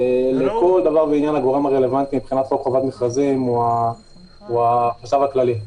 ולכל דבר ועניין הגורם הרלוונטי מבחינת חוק חובת מכרזים הוא החשב הכללי.